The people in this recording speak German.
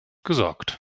gesorgt